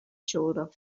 shoulder